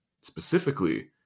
specifically